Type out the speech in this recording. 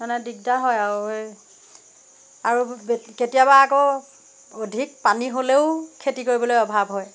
মানে দিগদাৰ হয় আৰু সেই আৰু কেতিয়াবা আকৌ অধিক পানী হ'লেও খেতি কৰিবলৈ অভাৱ হয়